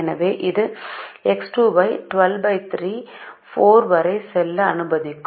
எனவே இது X2 ஐ 123 4 வரை செல்ல அனுமதிக்கும்